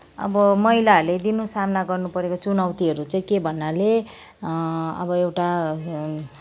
अब महिलाहरूले दिनहुँ सामना गर्नुपरेको चुनौतीहरू चाहिँ के भन्नाले अब एउटा